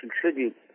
contribute